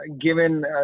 given